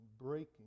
breaking